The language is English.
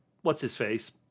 what's-his-face